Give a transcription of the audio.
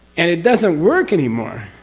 and it doesn't work anymore.